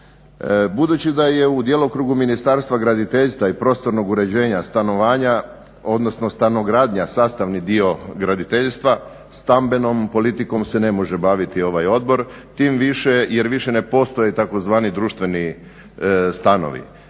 Budući da je u djelokrugu Ministarstva graditeljstva i prostornog uređenja stanovanja odnosno stanogradnja sastavni dio graditeljstva stambenom politikom se ne može baviti ovaj odbor, tim više jer više ne postoje tzv. društveni stanovi.